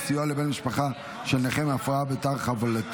סיוע לבן משפחה של נכה עם הפרעה בתר-חבלתית),